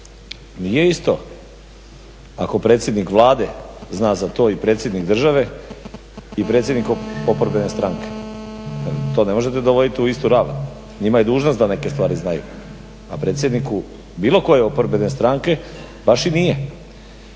nije isto ako predsjednik Vlade zna za to i predsjednik države, i predsjednik oporbene stranke, to ne možete dovoditi u istu ravan, njima je dužnost da neke stvari znaju, a predsjedniku bilo koje oporbene stranke baš i nije.